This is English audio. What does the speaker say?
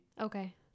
Okay